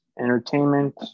Entertainment